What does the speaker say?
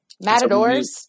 matadors